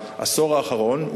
ובעשור האחרון,